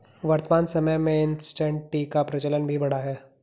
वर्तमान समय में इंसटैंट टी का प्रचलन भी बढ़ा है